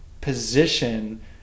position